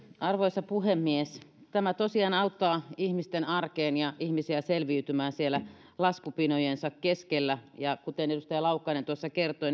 arvoisa puhemies tämä tosiaan auttaa ihmisten arkea ja ihmisiä selviytymään siellä laskupinojensa keskellä ja kuten edustaja laukkanen tuossa kertoi